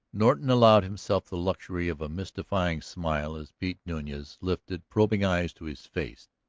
norton allowed himself the luxury of a mystifying smile as pete nunez lifted probing eyes to his face.